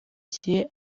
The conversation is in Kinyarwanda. gihe